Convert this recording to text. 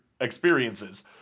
experiences